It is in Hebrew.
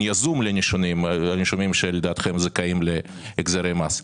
יזום לנישומים שלדעתכם זכאים להחזרי מס.